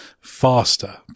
faster